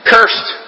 Cursed